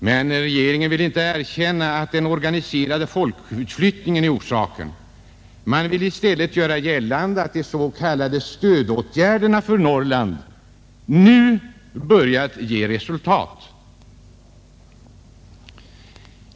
Men regeringen vill inte erkänna att den organiserade folkutflyttningen är orsaken. Man söker i stället göra gällande att de s.k. ”stödåtgärderna” för Norrland nu börjat ge resultat.